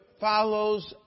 follows